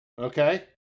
Okay